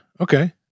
Okay